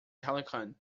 telecom